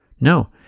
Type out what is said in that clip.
no